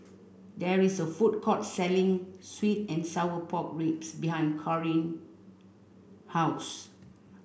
there is a food court selling sweet and sour pork ribs behind Kaaren house